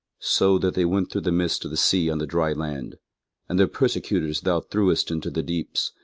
so that they went through the midst of the sea on the dry land and their persecutors thou threwest into the deeps,